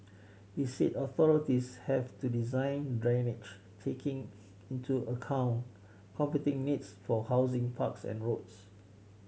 he said authorities have to design drainage taking into account competing needs for housing parks and roads